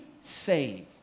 save